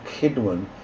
kidwin